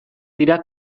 dira